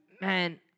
Man